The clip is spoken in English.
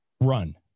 run